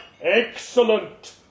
Excellent